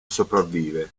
sopravvive